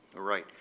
right.